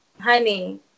honey